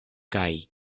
kaj